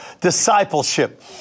discipleship